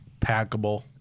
packable